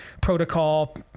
protocol